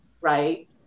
right